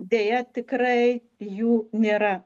deja tikrai jų nėra